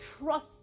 trust